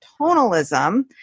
tonalism